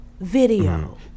video